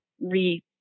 re-